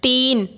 तीन